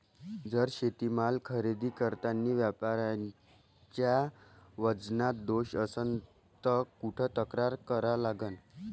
जर शेतीमाल खरेदी करतांनी व्यापाऱ्याच्या वजनात दोष असन त कुठ तक्रार करा लागन?